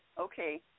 okay